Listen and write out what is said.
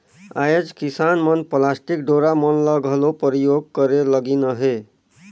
आएज किसान मन पलास्टिक डोरा मन ल घलो परियोग करे लगिन अहे